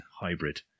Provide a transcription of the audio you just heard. hybrid